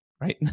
right